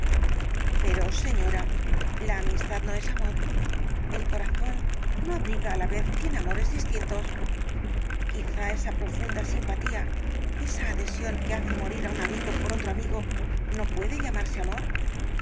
pero señora la amistad no es amor el corazón no abriga á la vez cien amores distintos quizá esa profunda simpatía esa adhesión que hace morir á un amigo por otro amigo no puede llamarse amor